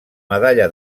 medalla